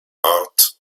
arts